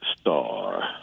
star